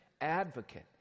advocate